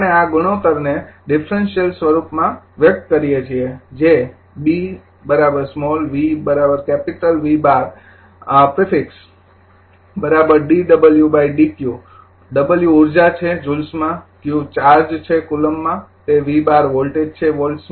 આપણે આ ગુણોત્તરને ડિફરેન્સિયલ સ્વરૂપમાં વ્યક્ત કરીએ છીએ જે b સ્મોલ v કેપિટલ V૧૨ prefix d w dq w ઉર્જા છે જુલ્સમાં q ચાર્જ છે કુલમ્બમાં તે V૧૨ વોલ્ટેજ છે વોલ્ટ્સમાં